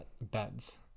beds